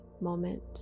moment